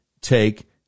take